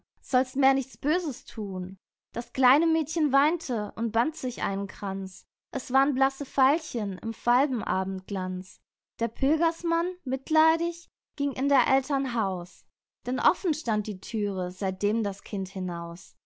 sollst mehr nicht böses thun das kleine mädchen weinte und band sich einen kranz es waren blasse veilchen im falben abendglanz der pilgersmann mitleidig ging in der eltern haus denn offen stand die thüre seitdem das kind hinaus